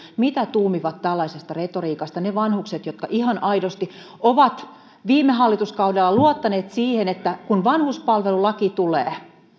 mitä tuumivat tällaisesta retoriikasta ne vanhukset jotka ihan aidosti ovat viime hallituskaudella luottaneet siihen että kun vanhuspalvelulaki tulee